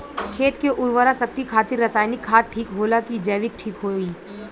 खेत के उरवरा शक्ति खातिर रसायानिक खाद ठीक होला कि जैविक़ ठीक होई?